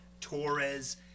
torres